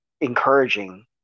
encouraging